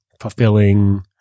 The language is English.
fulfilling